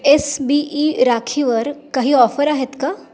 S B I राखीवर काही offer आहेत का